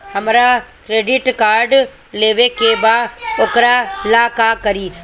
हमरा credit card लेवे के बा वोकरा ला का करी?